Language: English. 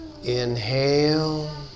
inhale